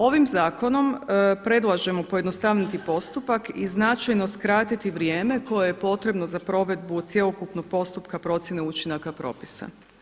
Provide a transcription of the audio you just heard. Ovim zakonom predlažemo pojednostaviti postupak i značajno skratiti vrijeme koje je potrebno za provedbu cjelokupnog postupka procjene učinaka propisa.